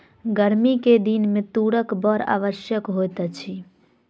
गर्मी के दिन में तूरक बड़ आवश्यकता होइत अछि